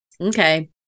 Okay